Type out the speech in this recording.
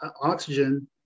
oxygen